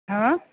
हँ